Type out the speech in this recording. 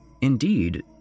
Indeed